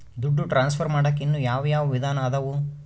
ದುಡ್ಡು ಟ್ರಾನ್ಸ್ಫರ್ ಮಾಡಾಕ ಇನ್ನೂ ಯಾವ ಯಾವ ವಿಧಾನ ಅದವು?